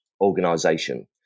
organization